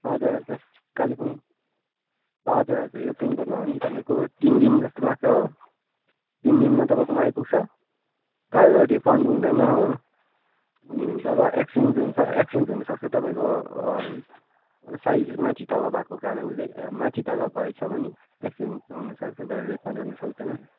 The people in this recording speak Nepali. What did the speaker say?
हजुर हजुर कालिम्पोङ हजुर हजुर यो पिनकोडमा हो भने तपाईँको तिन दिन जस्तो लाग्छ हो तिन दिनमा तपाईँकोमा आइपुग्छ तर यो रिफन्ड हुँदैन हो तर एक्सचेन्ज हुन्छ एक्सचेन्ज हुनुसक्छ तपाईँको साइज माथि तल भएको कारणले माथि तल भएछ भने एक्सचेन्ज हुनु सक्छ तर रिफन्ड हुनु सक्दैन